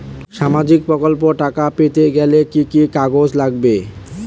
সামাজিক প্রকল্পর টাকা পেতে গেলে কি কি কাগজ লাগবে?